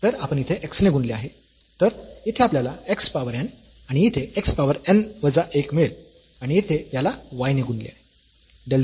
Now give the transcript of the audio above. तर आपण हे ईथे x ने गुणले आहे तर येथे आपल्याला x पावर n आणि येथे x पावर n वजा एक मिळेल आणि येथे याला y ने गुणले आहे